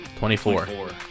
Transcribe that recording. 24